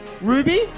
Ruby